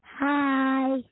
Hi